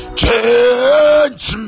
change